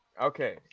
Okay